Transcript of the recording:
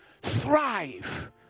thrive